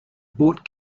bought